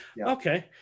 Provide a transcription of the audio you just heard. Okay